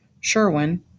Sherwin